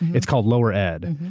it's called lower ed.